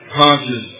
conscious